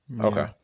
Okay